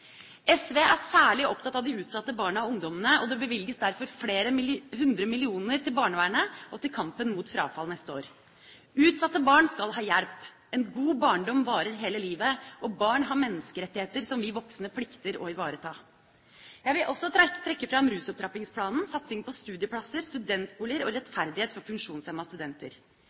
SV er særlig opptatt av de utsatte barna og ungdommene, og det bevilges derfor flere hundre millioner til barnevernet og til kampen mot frafall neste år. Utsatte barn skal ha hjelp! En god barndom varer hele livet, og barn har menneskerettigheter som vi voksne plikter å ivareta. Jeg vil også trekke fram rusopptrappingsplanen, satsing på studieplasser, studentboliger og rettferdighet for funksjonshemmede studenter.